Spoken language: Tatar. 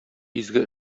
изге